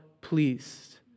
pleased